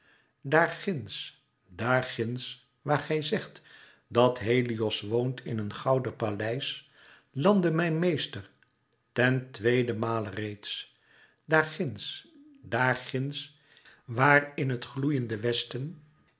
daar ginds waar gij zegt dat helios woont in een gouden paleis landde mijn meester ten tweeden male reeds daar ginds daar ginds waar in het gloeiende westen